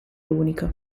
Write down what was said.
unico